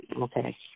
Okay